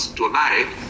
tonight